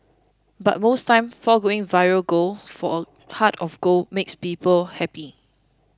but most times foregoing viral gold for a heart of gold makes people happy